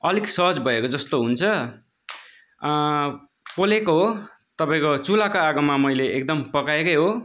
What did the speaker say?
अलिक सहज भएको जस्तो हुन्छ पोलेको हो तपाईँको चुलाको आगोमा मैले एकदम पकाएकै हो